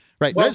Right